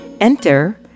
Enter